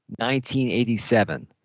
1987